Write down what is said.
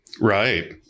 right